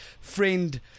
friend